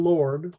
Lord